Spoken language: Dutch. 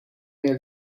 meer